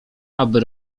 aby